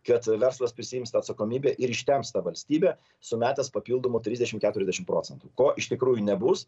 kad verslas prisiims tą atsakomybę ir ištemps tą valstybę sumetęs papildomų trisdešim keturiasdešim procentų ko iš tikrųjų nebus